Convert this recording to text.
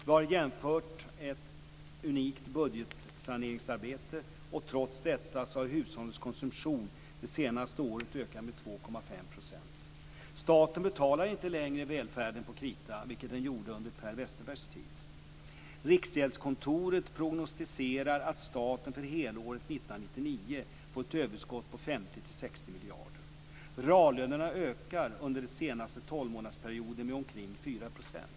Vi har genomfört ett unikt budgetsaneringsarbete. Trots detta har hushållens konsumtion under det senaste året ökat med 2,5 %. Staten betalar inte längre välfärden på krita, vilket den gjorde under Per Westerbergs tid. Riksgäldskontoret prognostiserar att staten för året 1999 får ett överskott på 50-60 miljarder. Reallönerna ökade under den senaste tolvmånadersperioden med ca 4 %.